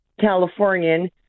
Californian